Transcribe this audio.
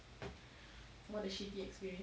what a shitty experience